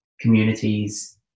communities